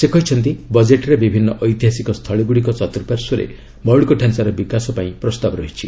ସେ କହିଛନ୍ତି ବଜେଟ୍ରେ ବିଭିନ୍ନ ଐତିହାସିକ ସ୍ଥଳୀଗୁଡ଼ିକ ଚତୁପାର୍ଶ୍ୱରେ ମୌଳିକ ଢାଞ୍ଚାର ବିକାଶ ପାଇଁ ପ୍ରସ୍ତାବ ରହିଛି